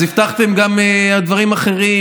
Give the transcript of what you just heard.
אז הבטחתם גם דברים אחרים,